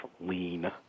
lean